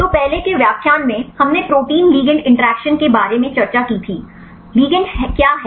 तो पहले के व्याख्यान में हमने प्रोटीन लिगैंड इंटरैक्शन के बारे में चर्चा की थी लिगैंड क्या है